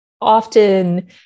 often